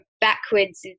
backwards